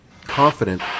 confident